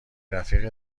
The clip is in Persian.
رفیق